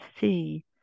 see